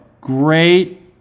Great